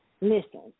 Listen